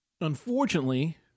Unfortunately